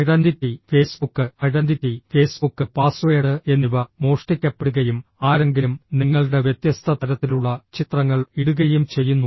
identity Facebook identity Facebook password എന്നിവ മോഷ്ടിക്കപ്പെടുകയും ആരെങ്കിലും നിങ്ങളുടെ വ്യത്യസ്ത തരത്തിലുള്ള ചിത്രങ്ങൾ ഇടുകയും ചെയ്യുന്നു